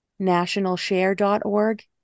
nationalshare.org